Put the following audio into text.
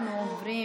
אנחנו עוברים